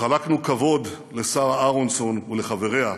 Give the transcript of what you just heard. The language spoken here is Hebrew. חלקנו כבוד לשרה אהרונסון ולחבריה,